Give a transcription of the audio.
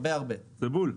זה בול,